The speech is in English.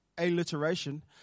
Alliteration